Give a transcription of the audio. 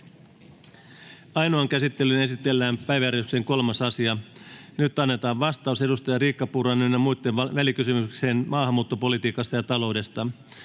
Ainoaan käsittelyyn esitellään päiväjärjestyksen 3. asia. Nyt annetaan vastaus edustaja Riikka Purran ynnä muitten välikysymykseen maahanmuuttopolitiikasta ja taloudesta.